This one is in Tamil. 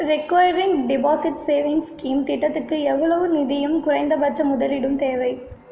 ரெக்கொயரிங் டெபாசிட் சேவிங்க் ஸ்கீம் திட்டத்துக்கு எவ்வளவு நிதியும் குறைந்தபட்ச முதலீடும் தேவை